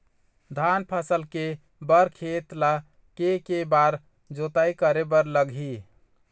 धान फसल के बर खेत ला के के बार जोताई करे बर लगही?